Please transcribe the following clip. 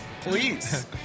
please